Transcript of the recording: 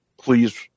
please